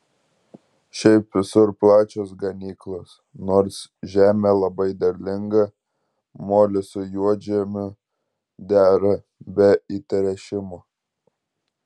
šiaip visur plačios ganyklos nors žemė labai derlinga molis su juodžemiu dera be įtręšimo